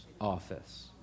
office